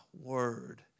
word